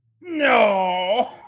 No